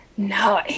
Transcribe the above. No